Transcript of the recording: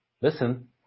Listen